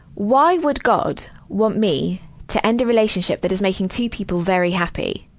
why would god want me to end a relationship that is making two people very happy?